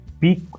peak